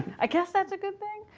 i guess that's a good thing.